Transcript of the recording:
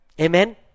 Amen